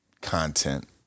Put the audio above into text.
content